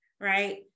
right